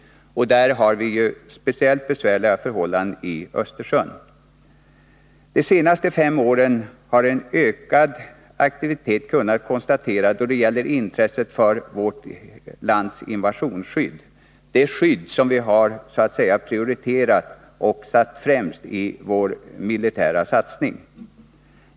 Där är det speciellt besvärliga förhållanden i Östersjön. Under de senaste fem åren har vidare en ökad aktivitet kunnat konstateras då det gäller intresset för vårt lands invasionsskydd, det skydd som vi så att säga har prioriterat i vår militära satsning.